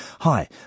Hi